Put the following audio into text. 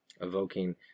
evoking